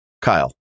Kyle